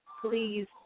please